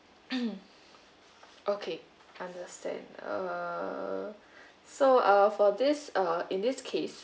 okay understand uh so err for this uh in this case